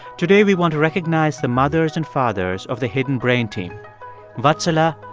today, we want to recognize the mothers and fathers of the hidden brain team vatsala,